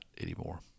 anymore